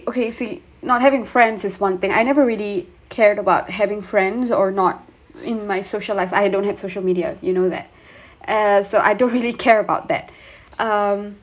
okay you see not having friends is one thing I never really cared about having friends or not in my social life I don't have social media you know that ans so I don't really care about that um